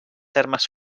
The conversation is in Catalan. termes